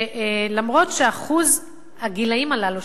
שלמרות שאחוז הגילאים הללו,